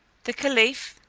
the caliph,